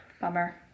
Bummer